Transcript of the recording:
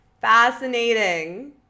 Fascinating